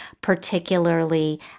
particularly